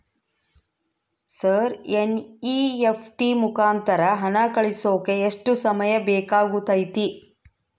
Sir NEFT ಮುಖಾಂತರ ಹಣ ಕಳಿಸೋಕೆ ಎಷ್ಟು ಸಮಯ ಬೇಕಾಗುತೈತಿ?